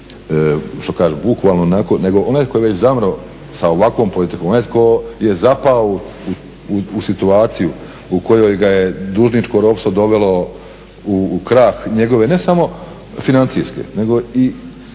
što kažu bukvalno onako, nego onaj tko je već zamro sa ovakvom politikom, onaj tko je zapao u situaciju u koju ga je dužničko ropstvo dovelo u krah ne samo financijski nego